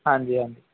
ਹਾਂਜੀ ਹਾਂਜੀ